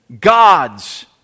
gods